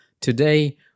today